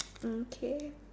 mm K